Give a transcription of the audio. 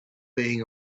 being